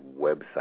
website